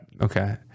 Okay